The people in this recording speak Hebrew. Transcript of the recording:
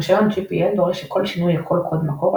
רישיון GPL דורש שכל השינוי לכל קוד מקור,